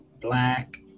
black